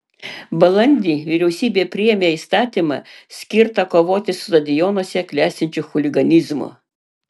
balandį vyriausybė priėmė įstatymą skirtą kovoti su stadionuose klestinčiu chuliganizmu